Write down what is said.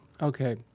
Okay